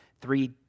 three